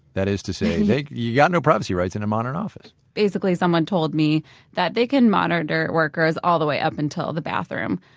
that is to say, you've got no privacy rights in a modern office basically, someone told me that they can monitor workers all the way up until the bathroom.